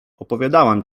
opowiadałam